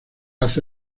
hace